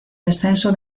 descenso